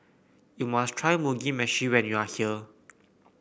you must try Mugi Meshi when you are here